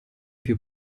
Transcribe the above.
più